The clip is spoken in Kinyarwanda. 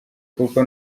kuko